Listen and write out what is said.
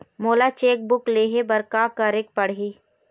मोला cheque book लेहे बर का केरेक पढ़ही?